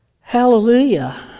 Hallelujah